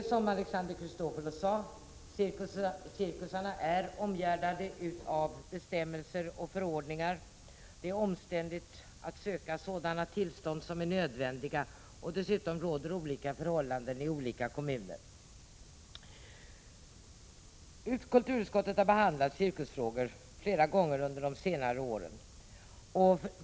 Som Alexander Chrisopoulos sade är cirkusarna omgärdade av bestämmelser och förordningar. Det är omständligt att söka de tillstånd som är nödvändiga, och dessutom råder olika förhållanden i olika kommuner. Utskottet har behandlat cirkusfrågor flera gånger under senare år.